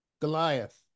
goliath